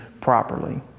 properly